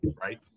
right